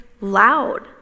loud